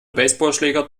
baseballschläger